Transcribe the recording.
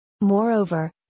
Moreover